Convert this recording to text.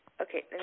Okay